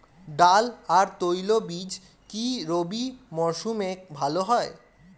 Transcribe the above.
ডাল আর তৈলবীজ কি রবি মরশুমে ভালো হয়?